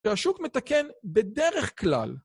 שהשוק מתקן בדרך כלל.